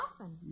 often